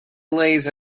lays